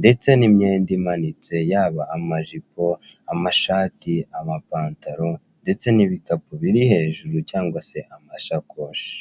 ndetse n'imyenda imanitse yaba amajipo, amashati, amapantaro ndetse n'ibikapu biri hejuru cyangwa se amashakoshi.